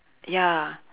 ya